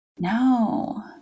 No